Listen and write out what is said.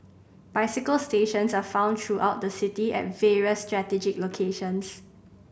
bicycle stations are found throughout the city at various strategic locations